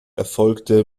erfolgte